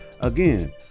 Again